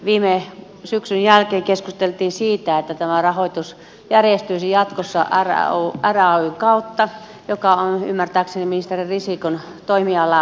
viime syksyn jälkeen keskusteltiin siitä että tämä rahoitus järjestyisi jatkossa rayn kautta joka on ymmärtääkseni ministeri risikon toimialaa